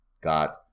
got